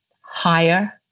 higher